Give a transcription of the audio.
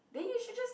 then you should just